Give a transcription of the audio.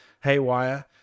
haywire